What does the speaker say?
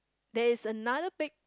there's another big